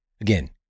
again